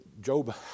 Job